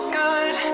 good